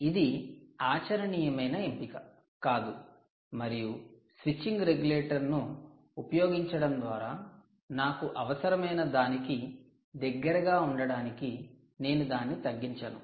ఇది ఆచరణీయమైన ఎంపిక కాదు మరియు 'స్విచింగ్ రెగ్యులేటర్' 'switching regulator' ను ఉపయోగించడం ద్వారా నాకు అవసరమైన దానికి దగ్గరగా ఉండటానికి నేను దాన్ని తగ్గించాను